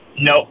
No